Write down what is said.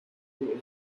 who